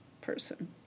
person